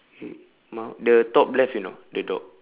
uh no top left you know the dog